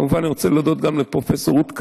כמובן, אני רוצה להודות גם לפרופ' רות קנאי,